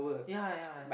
ya ya